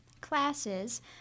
classes